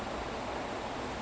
okay hello